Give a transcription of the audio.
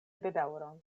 bedaŭron